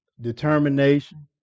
determination